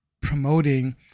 promoting